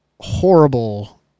horrible